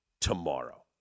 tomorrow